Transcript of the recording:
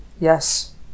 Yes